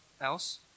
else